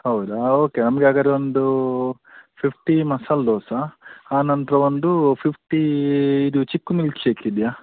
ಹೌದಾ ಓಕೆ ನಮಗೆ ಹಾಗಾದರೆ ಒಂದು ಫಿಫ್ಟಿ ಮಸಾಲೆ ದೋಸೆ ಆನಂತರ ಒಂದು ಫಿಫ್ಟೀ ಇದು ಚಿಕ್ಕು ಮಿಲ್ಕ್ಶೇಕ್ ಇದೆಯ